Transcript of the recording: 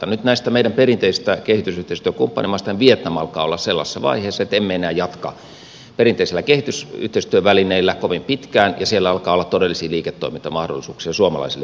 nyt näistä meidän perinteisistä kehitysyhteistyökumppanimaistahan vietnam alkaa olla sellaisessa vaiheessa että emme enää jatka perinteisillä kehitysyhteistyövälineillä kovin pitkään ja siellä alkaa olla todellisia liiketoimintamahdollisuuksia suomalaisille yrityksille